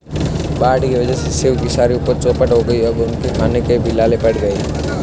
बाढ़ के वजह से शिव की सारी उपज चौपट हो गई और अब उनके खाने के भी लाले पड़ गए हैं